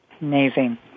Amazing